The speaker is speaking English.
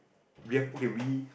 we have okay we